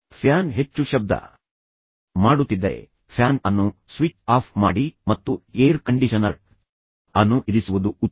fan ಹೆಚ್ಚು ಶಬ್ದ ಮಾಡುತ್ತಿದ್ದರೆ ಫ್ಯಾನ್ ಅನ್ನು ಸ್ವಿಚ್ ಆಫ್ ಮಾಡಿ ಮತ್ತು ಏರ್ ಕಂಡಿಷನರ್ ಅನ್ನು ಇರಿಸುವುದು ಉತ್ತಮ